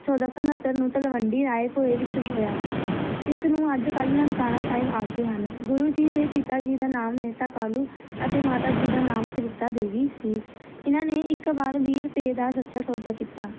ਚੌਦ੍ਹਾਂ ਸੌ ਉਣਹੱਤਰ ਨੂੰ ਤਲਵੰਡੀ ਰਾਏ ਭੋਏ ਵਿੱਚ ਹੋਇਆ ਇਸ ਨੂੰ ਅੱਜ ਕੱਲ ਨਨਕਾਣਾ ਸਾਹਿਬ ਆਖਦੇ ਹਨ ਗੁਰੂ ਜੀ ਦੇ ਪਿਤਾ ਜੀ ਦਾ ਨਾਮ ਮਹਿਤਾ ਕਾਲੂ ਅਤੇ ਮਾਤਾ ਜੀ ਦਾ ਨਾਮ ਤ੍ਰਿਪਤਾ ਦੇਵੀ ਸੀ ਇਹਨਾਂ ਨੇ ਇੱਕ ਵਾਰ ਵੀਹ ਰੁਪਏ ਦਾ ਸੱਚਾ ਸੌਦਾ ਕੀਤਾ